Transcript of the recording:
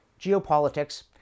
geopolitics